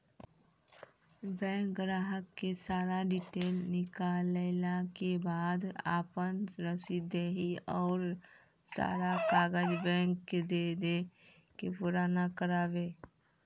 Bank ग्राहक के सारा डीटेल निकालैला के बाद आपन रसीद देहि और सारा कागज बैंक के दे के पुराना करावे?